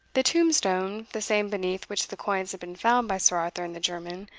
the tombstone, the same beneath which the coins had been found by sir arthur and the german,